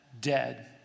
dead